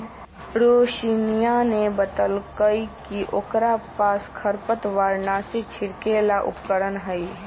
रोशिनीया ने बतल कई कि ओकरा पास खरपतवारनाशी छिड़के ला उपकरण हई